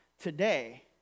today